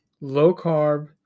low-carb